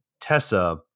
Tessa